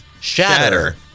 Shatter